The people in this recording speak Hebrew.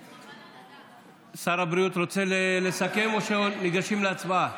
שר הבריאות רוצה לסכם או שניגשים להצבעה?